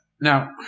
Now